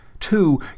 Two